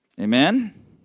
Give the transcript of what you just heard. Amen